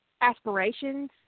aspirations